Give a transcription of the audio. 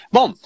Bom